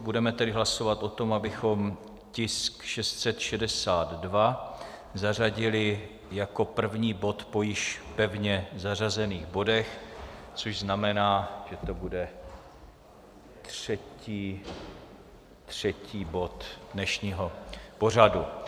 Budeme tedy hlasovat o tom, abychom tisk 662 zařadili jako první bod po již pevně zařazených bodech, což znamená, že to bude třetí bod dnešního pořadu.